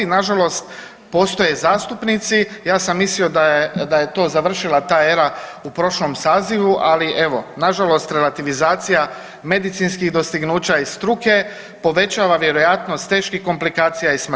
Nažalost, postoje zastupnici, ja sam mislio da je, da je to završila ta era u prošlom sazivu, ali evo nažalost relativizacija medicinskih dostignuća i struke povećava vjerojatnost teških komplikacija i